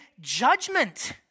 judgment